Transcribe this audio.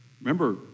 Remember